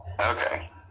Okay